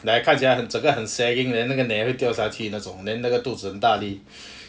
like 看起来整个很 sagging then 那个 neh 掉下去那种 then 那个肚子很大粒